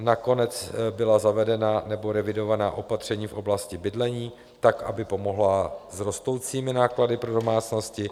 Nakonec byla zavedena, nebo revidována opatření v oblasti bydlení tak, aby pomohla s rostoucími náklady pro domácnosti.